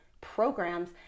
programs